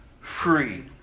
free